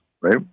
right